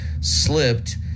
slipped